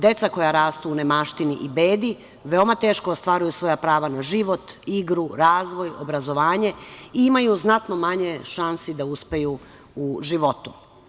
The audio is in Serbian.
Deca koja rastu u nemaštini i bedi veoma teško ostvaruju svoja prava na život, igru, razvoj, obrazovanje i imaju znatno manje šansi da uspeju u životu.